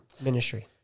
ministry